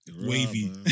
Wavy